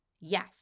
Yes